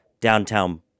downtown